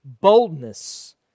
boldness